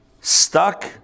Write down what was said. stuck